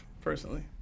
personally